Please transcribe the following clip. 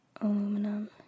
Aluminum